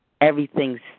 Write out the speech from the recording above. everything's